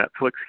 Netflix